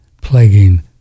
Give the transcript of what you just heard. plaguing